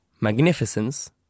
Magnificence